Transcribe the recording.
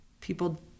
people